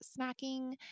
snacking